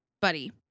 Buddy